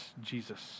Jesus